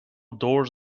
doors